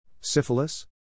Syphilis